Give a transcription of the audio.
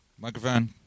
microphone